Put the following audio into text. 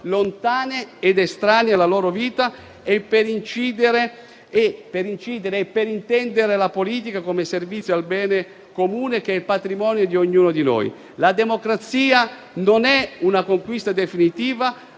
lontane ed estranee alla loro vita e per intendere la politica come servizio al bene comune, che è patrimonio di ognuno di noi. La democrazia non è una conquista definitiva,